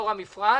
הדבר השני,